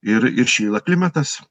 ir ir šyla klimatas